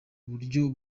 buryo